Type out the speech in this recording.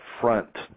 front